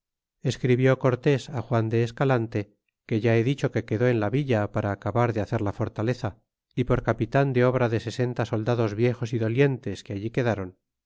escribió cortés juan de escalante que ya he dicho que quedó cola villa para acabar de hacer la fortaleza y por capitan de obra de sesenta soldados viejos y dolientes que allí que